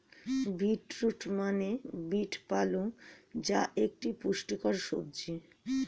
beet root মানে beet পালং যা একটি পুষ্টিকর সবজি